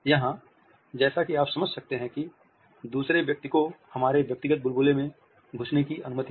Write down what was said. यहाँ जैसा कि आप समझ सकते हैं कि दूसरे व्यक्ति को हमारे व्यक्तिगत बुलबुले में घुसने की अनुमति है